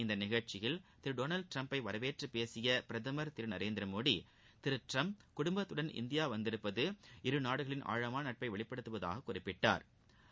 இந்த நிகழ்சியில் திரு டொனால்டு ட்டிரம்பை வரவேற்று பேசிய பிரதமர் திரு நரேந்திரமோடி திரு ட்டிரம்ப் குடும்பத்துடன் இந்தியா வந்திருப்பது இரு நாடுகளின் ஆழமான நட்பை வெளிப்படுத்துவதாக குறிப்பிட்டாள்